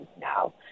now